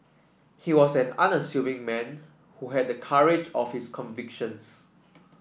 he was an unassuming man who had the courage of his convictions